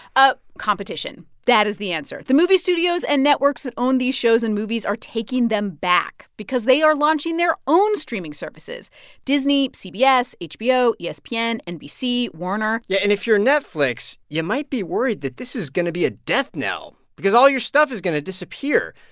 ah competition that is the answer. the movie studios and networks that own these shows and movies are taking them back because they are launching their own streaming services disney, cbs, hbo, espn, and nbc, warner yeah, and if you're netflix, you might be worried that this is going to be a death knell because all your stuff is going to disappear.